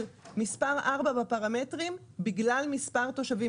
מספר ארבע בפרמטרים בגלל מספר תושבים.